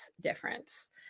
difference